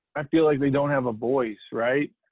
i feel like we don't have a voice, right?